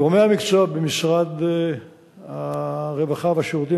גורמי המקצוע במשרד הרווחה והשירותים